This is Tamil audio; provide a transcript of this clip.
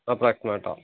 அப்ராக்சிமேட்டாக